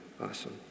awesome